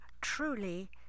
truly